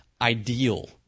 ideal